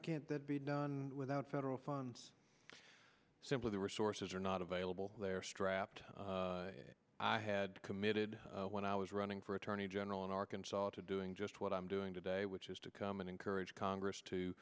can't be done without federal funds simply the resources are not available they're strapped and i had committed when i was running for attorney general in arkansas to doing just what i'm doing today which is to come and encourage congress to